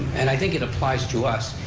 and i think it applies to us,